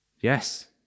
Yes